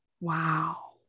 Wow